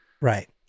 Right